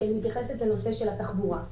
כי אני מתייחסת לנושא של התחבורה.